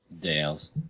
Dales